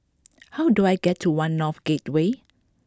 how do I get to One North Gateway